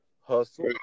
Hustle